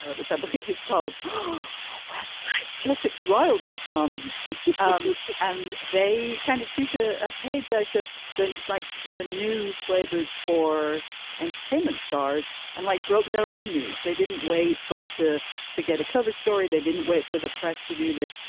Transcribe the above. ah which i believe is called but west sussex royal dotcom um and they kind of took a ah page out of the like the new playbook for entertainment stars and like broke their own news. they didn't wait for it to to get a cover story. they didn't wait for the press to do this.